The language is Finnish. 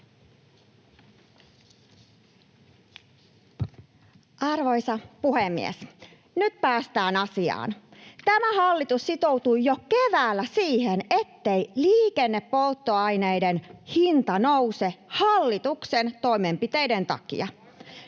Arvoisa puhemies! Nyt päästään asiaan. Tämä hallitus sitoutui jo keväällä siihen, ettei liikennepolttoaineiden hinta nouse hallituksen toimenpiteiden takia.